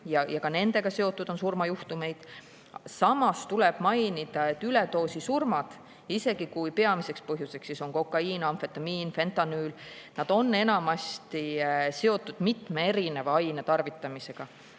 ka nendega on seotud surmajuhtumeid. Samas tuleb mainida, et üledoosisurmad, isegi kui peamiseks põhjuseks on kokaiin, amfetamiin, fentanüül, on enamasti seotud mitme erineva aine tarvitamisega.